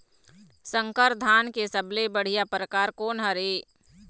संकर धान के सबले बढ़िया परकार कोन हर ये?